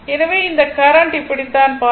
எனவே இந்த கரண்ட் இப்படித்தான் பாயும்